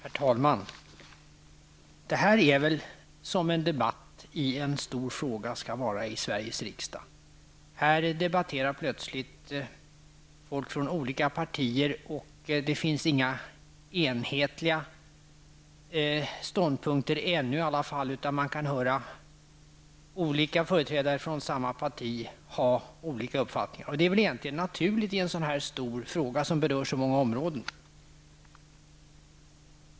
Herr talman! Det här är väl som en debatt i en stor fråga skall vara i Sveriges riksdag. Här debatterar plötsligt folk från olika partier. Det finns inga enhetliga ståndpunkter ännu, utan man kan höra olika företrädare för samma parti ha olika uppfattningar. Det blir naturligtvis så i en så här stor fråga som berör så många områden.